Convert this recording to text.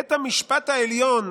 בית המשפט העליון,